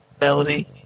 melody